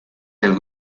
del